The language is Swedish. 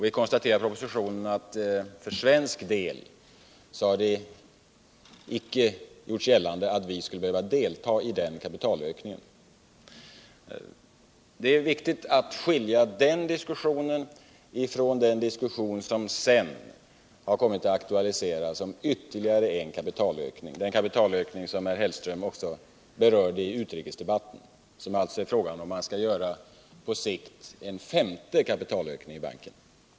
Vi konstaterar i propositionen att det inte har gjorts gällande att Sverige skulle behöva delta i den kapitalökningen. Det är viktigt att skilja den diskussionen från den diskussion som sedan har kommit att aktualiseras om ytterligare en kapitalökning, den som herr Hellström också berörde i utrikesdebatten. Frågan är alltså om man på sikt skall göra en femte kapitalökning i banken.